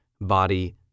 body